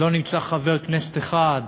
לא נמצא חבר כנסת אחד,